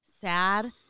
sad